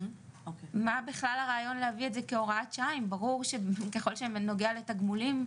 מה בכלל הרעיון להביא את זה כהוראת שעה אם ברור שככל שנוגע לתגמולים,